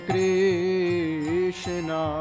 Krishna